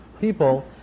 people